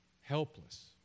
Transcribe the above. Helpless